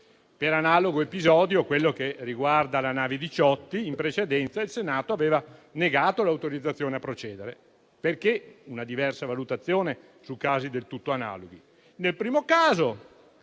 Per analogo episodio, quello che riguarda la nave Diciotti, in precedenza il Senato aveva negato l'autorizzazione a procedere. Perché una diversa valutazione su casi del tutto analoghi? Nel primo caso,